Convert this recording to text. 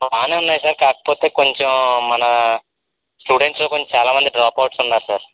బాగానే ఊన్నాయి సార్ కాకపోతే కొంచెం మన స్టూడెంట్సు కొంచ్ చాలా మంది డ్రాప్అవుట్స్ ఉన్నారు సార్